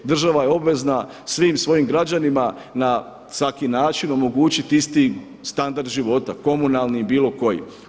Država je obvezna svim svojim građanima na svaki način omogućiti isti standard života komunalni i bilo koji.